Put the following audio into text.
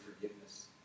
forgiveness